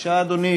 בבקשה אדוני,